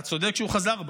אתה צודק שהוא חזר בו.